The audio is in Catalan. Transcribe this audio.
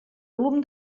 volum